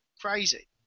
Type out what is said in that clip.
crazy